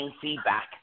feedback